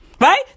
Right